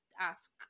ask